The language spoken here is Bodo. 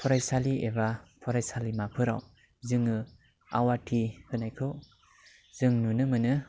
फरायसालि एबा फरायसालिमाफोराव जोङो आवाथि होनायखौ जों नुनो मोनो